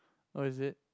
oh is it